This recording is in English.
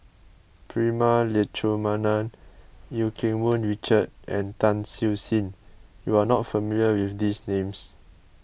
Prema Letchumanan Eu Keng Mun Richard and Tan Siew Sin you are not familiar with these names